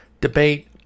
debate